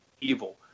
evil